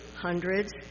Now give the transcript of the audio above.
hundreds